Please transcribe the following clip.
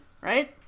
right